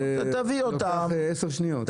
זה לוקח עשר שניות.